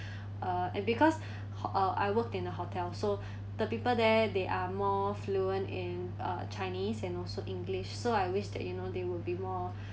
uh and because uh I worked in a hotel so the people there they are more fluent in uh chinese and also english so I wish that you know they would be more